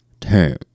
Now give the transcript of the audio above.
term